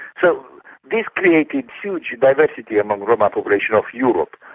so this created huge diversity among the roma population of europe,